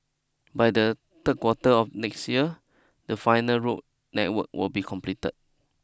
by the third quarter of next year the final road network will be completed